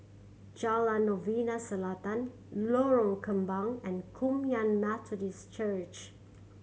Jalan Novena Selatan Lorong Kembang and Kum Yan Methodist Church